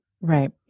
Right